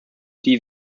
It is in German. die